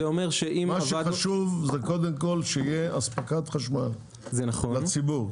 מה שחשוב שקודם כל תהיה הספקת חשמל לציבור,